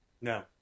No